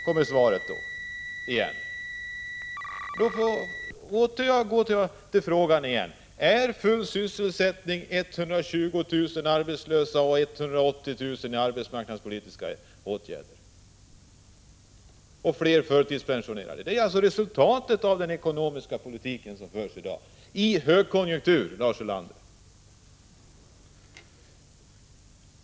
Då måste jag på nytt fråga: Är det full sysselsättning när 120 000 människor är arbetslösa och 180 000 är föremål för arbetsmarknadspolitiska åtgärder och då allt fler blir förtidspensionerade? Detta är alltså resultatet av den ekonomiska politik som förs i dag — i en högkonjunktur, Lars Ulander!